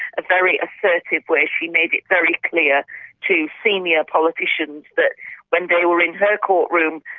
a very assertive way. she made it very clear to senior politicians that when they were in her courtroom,